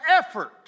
effort